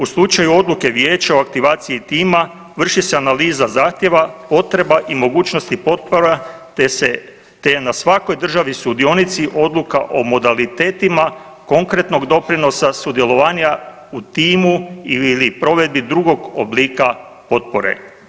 U slučaju odluke Vijeća o aktivaciji tima, vrši se analiza zahtjeva, potreba i mogućnosti potpora te se, te je na svakoj državi sudionici, odluka o modalitetima, konkretnog doprinosa sudjelovanja u timu ili provedbi drugog oblika potpore.